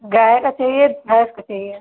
गाय का चाहिए भैंस का चाहिए